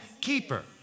keeper